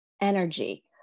energy